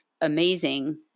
amazing